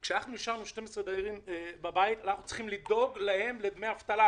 אנחנו צריכים לדאוג להם לדמי אבטלה,